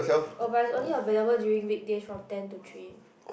oh but it's only available during weekdays from ten to three